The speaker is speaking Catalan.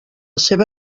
seva